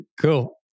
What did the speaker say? Cool